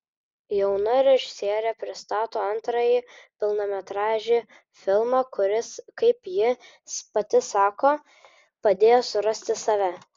jauna režisierė pristato antrąjį pilnametražį filmą kuris kaip ji pati sako padėjo surasti save